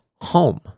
home